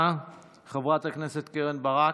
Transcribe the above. חברת הכנסת קרן ברק,